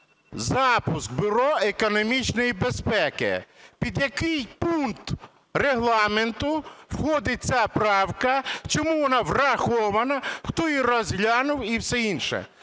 запуск Бюро економічної безпеки. Під який пункт Регламенту входить ця правка? Чому вона врахована? Хто її розглянув і все інше?